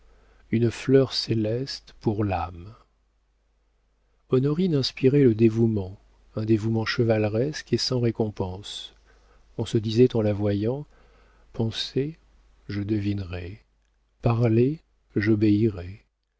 une fleur céleste pour l'âme honorine inspirait le dévouement un dévouement chevaleresque et sans récompense on se disait en la voyant pensez je devinerai parlez j'obéirai